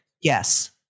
yes